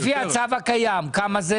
כמה זה